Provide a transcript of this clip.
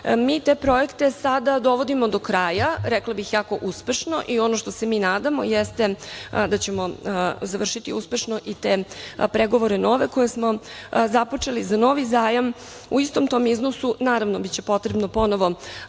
Mi te projekte sada dovodimo do kraja, rekla bih jako uspešno. Ono što se mi nadamo jeste da ćemo završiti uspešno i te nove pregovore koje smo započeli za novi zajam, u istom tom iznosu. Naravno, biće potrebno ponovo